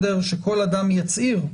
שכל אדם יצהיר.